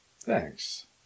Thanks